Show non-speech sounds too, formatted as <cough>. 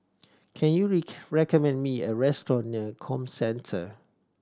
can you <unintelligible> recommend me a restaurant near Comcentre